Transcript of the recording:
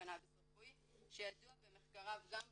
בקנאביס רפואי שידוע במחקריו גם בעולם.